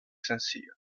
sencillo